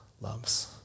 loves